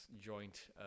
joint